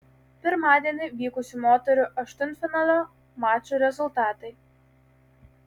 pirmadienį vykusių moterų aštuntfinalio mačų rezultatai